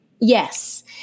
Yes